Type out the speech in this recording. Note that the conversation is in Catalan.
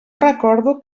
recordo